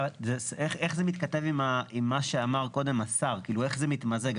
איך זה מתכתב עם מה שאמר קודם השר, איך זה מתמזג?